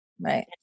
Right